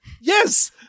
Yes